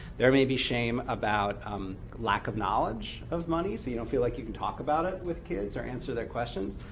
there may be shame about lack of knowledge of money, so you don't feel like you can talk about it with kids, or answer their questions.